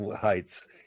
heights